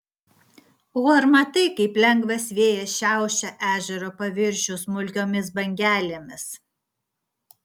o ar matai kaip lengvas vėjas šiaušia ežero paviršių smulkiomis bangelėmis